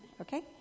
okay